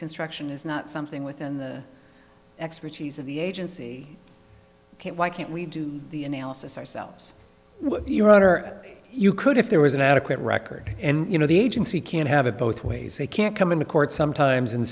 construction is not something within the expertise of the agency why can't we do the analysis ourselves your honor you could if there was an adequate record and you know the agency can't have it both ways they can't come into court sometimes and